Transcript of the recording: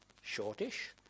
shortish